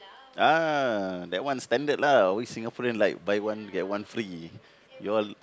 uh that one standard lah always Singaporean like buy one get one free you all